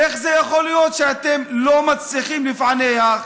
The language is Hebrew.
איך זה יכול להיות שאתם לא מצליחים לפענח?